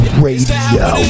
radio